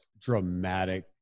dramatic